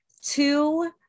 two